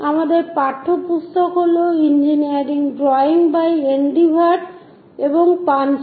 আমাদের পাঠ্যপুস্তক হল engineering drawing by N D Bhatt এবং Panchal engineering drawing by ND Bhatt and Panchal এবং অন্যান্য